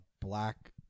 black